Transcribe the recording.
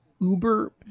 Uber